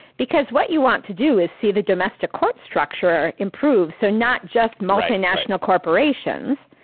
because what you want to do is see the domestic court structure improve, so not just multinational corporations,